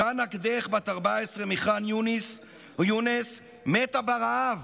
ג'נא קדיח, בת 14 מחאן יונס, מתה ברעב.